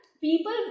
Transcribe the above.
people